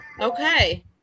Okay